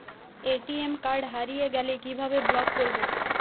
ATM card হারিয়ে গেলে কিভাবে ব্লক করবো?